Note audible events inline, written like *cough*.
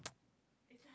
*noise*